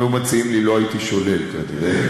אם היו מציעים לי לא הייתי שולל כנראה,